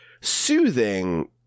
soothing